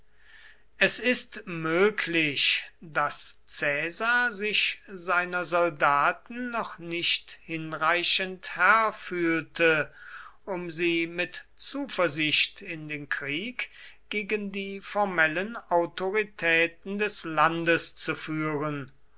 es ist möglich daß caesar sich seiner soldaten noch nicht hinreichend herr fühlte um sie mit zuversicht in den krieg gegen die formellen autoritäten des landes zu führen